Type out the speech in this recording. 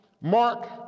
Mark